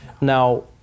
Now